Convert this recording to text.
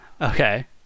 Okay